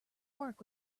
work